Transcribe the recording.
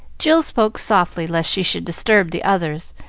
jill spoke softly lest she should disturb the others,